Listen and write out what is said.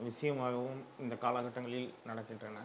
விஷயமாகவும் இந்த காலகட்டங்களில் நடக்கின்றன